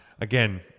again